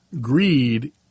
greed